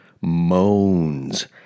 moans